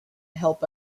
help